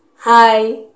Hi